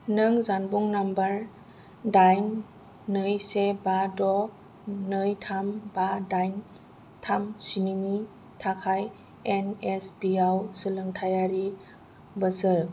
नों जानबुं नाम्बार दाइन नै से बा द' नै थाम बा दाइन थाम स्नि नि थाखाय एनएसपि आव सोलोंथायारि बोसोर